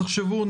תחשבו.